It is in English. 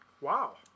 Wow